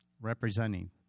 representing